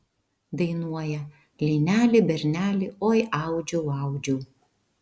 dainuoja lineli berneli oi audžiau audžiau